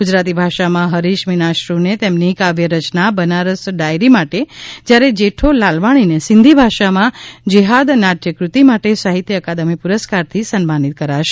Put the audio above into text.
ગુજરાતી ભાષામાં હરીશ મીનાશ્રુને તેમની કાવ્યરચના બનારસ ડાયરી માટે જ્યારે જેઠો લાલવાણીને સિંધી ભાષામાં જેહાદ નાટ્યકૃતિ માટે સાહિત્ય અકાદમી પ્રસ્કારથી સન્માનિત કરાશે